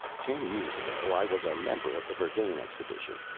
ten years ago i was a member of the verdane expedition.